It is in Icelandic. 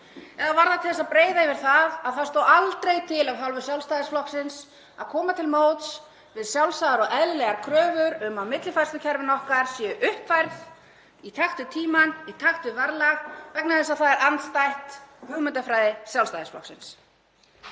Eða var það til að breiða yfir það að það stóð aldrei til af hálfu Sjálfstæðisflokksins að koma til móts við sjálfsagðar og eðlilegar kröfur um að millifærslukerfin okkar séu uppfærð í takt við tímann, í takt við verðlag, vegna þess að það er andstætt hugmyndafræði Sjálfstæðisflokksins?